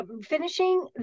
finishing